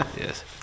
yes